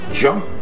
jump